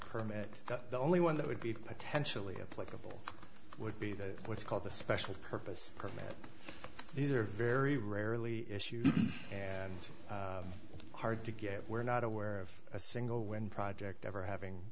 permit the only one that would be potentially a pleasurable would be the what's called the special purpose permit these are very rarely issued and hard to get we're not aware of a single wind project ever having